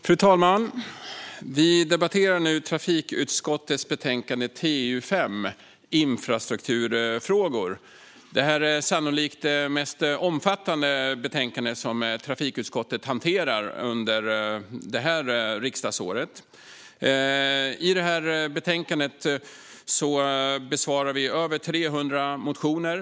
Fru talman! Vi debatterar nu trafikutskottets betänkande TU5 Infrastrukturfrågor , som sannolikt är det mest omfattande betänkande som trafikutskottet hanterar under detta riksdagsår. I betänkandet behandlas över 300 motioner.